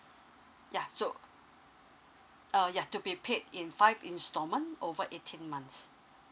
ya so err ya to be paid in five instalment over eighteen months